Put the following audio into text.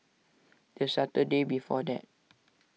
the Saturday before that